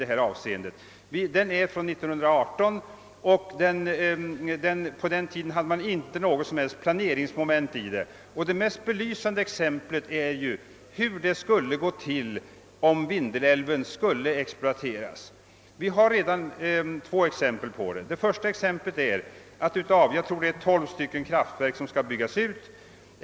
Den är från 1918, och på den tiden förekom inte någon som helst planering i dessa sammanhang. Det mest belysande exemplet är just hur det skulle gå till om Vindelälven skulle exploateras. Jag tror att det är tolv kraftverk som skall byggas ut.